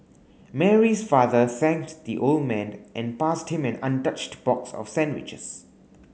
Mary's father thanked the old man and passed him an untouched box of sandwiches